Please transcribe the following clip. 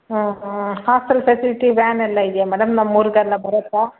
ಹ್ಞೂ ಹ್ಞೂ hostel facility van ಎಲ್ಲ ಇದೆಯಾ ಮೇಡಮ್ ನಮ್ಮ ಊರಿಗೆಲ್ಲ ಬರುತ್ತಾ